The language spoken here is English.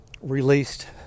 released